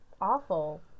awful